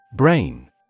Brain